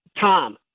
Tom